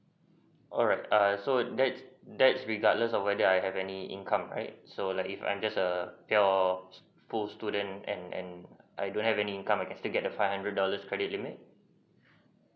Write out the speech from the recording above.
alright err so that's that's regardless of whether I have any income right so like if I'm just err a full student and and I don't have an income I still get the five hundred dollars credit limit